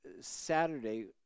Saturday